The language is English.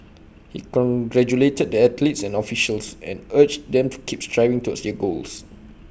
he congratulated the athletes and officials and urged them to keep striving towards their goals